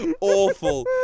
awful